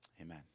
Amen